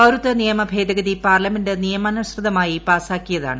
പൌരത്വ നിയമ ഭേദഗതി പാർലമെന്റ് നിയമാനുസൃതമായി പാസാക്കിയതാണ്